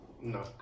No